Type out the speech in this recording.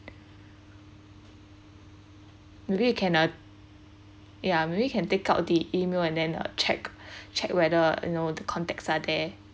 maybe you cannot ya maybe can take out the E-mail and then uh check check whether you know the contacts are there